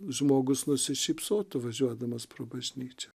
žmogus nusišypsotų važiuodamas pro bažnyčią